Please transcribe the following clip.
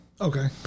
Okay